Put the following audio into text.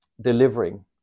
delivering